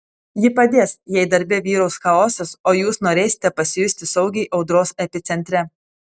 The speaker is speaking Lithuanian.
ji padės jei darbe vyraus chaosas o jūs norėsite pasijusti saugiai audros epicentre